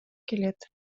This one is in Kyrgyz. келет